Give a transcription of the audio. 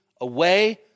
away